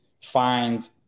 find